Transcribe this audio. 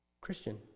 Christian